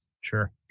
Sure